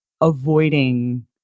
avoiding